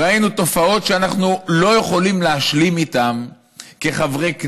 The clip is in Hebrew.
וראינו תופעות שאנחנו לא יכולים להשלים איתן כחברי כנסת,